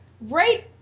right